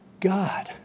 God